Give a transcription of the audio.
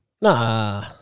Nah